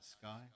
sky